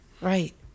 Right